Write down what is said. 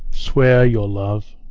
swear your love.